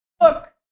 Look